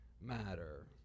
matter